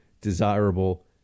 desirable